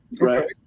Right